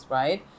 right